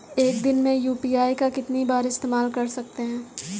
एक दिन में यू.पी.आई का कितनी बार इस्तेमाल कर सकते हैं?